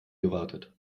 gewartet